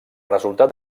resultat